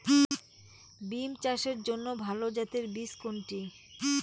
বিম চাষের জন্য ভালো জাতের বীজ কোনটি?